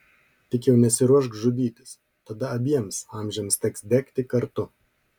tik jau nesiruošk žudytis tada abiems amžiams teks degti kartu